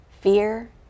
fear